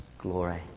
glory